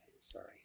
Sorry